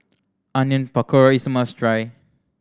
Onion Pakora is must try